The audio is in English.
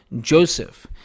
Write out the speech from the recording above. Joseph